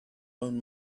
own